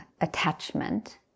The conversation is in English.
attachment